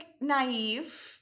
naive